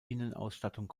innenausstattung